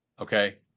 okay